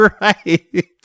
Right